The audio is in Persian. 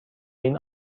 این